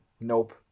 Nope